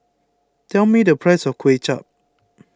tell me the price of Kway Chap